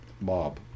mob